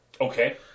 Okay